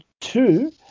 two